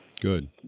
Good